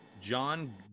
John